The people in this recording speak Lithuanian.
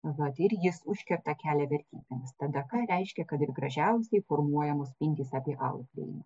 vat ir jis užkerta kelią vertybėms tada ką reiškia kad ir gražiausiai formuojamos mintys apie auklėjimą